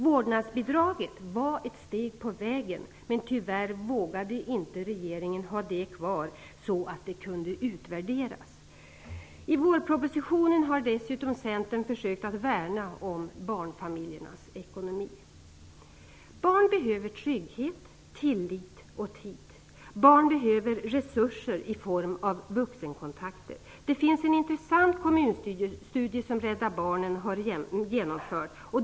Vårdnadsbidraget var ett steg på vägen, men tyvärr vågade inte regeringen ha det kvar så att det kunde utvärderas. I vårpropositionen har dessutom Centern försökt att värna om barnfamiljernas ekonomi. Barn behöver trygghet, tillit och tid. Barn behöver resurser i form av vuxenkontakter. Det finns en intressant kommunstudie som Rädda Barnen har genomfört.